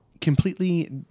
Completely